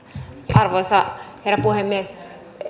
arvoisa herra puhemies